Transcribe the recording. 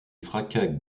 fracas